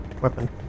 weapon